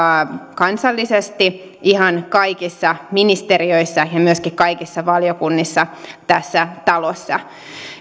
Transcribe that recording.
kansallisesti ihan kaikissa ministeriöissä ja myöskin kaikissa valiokunnissa tässä talossa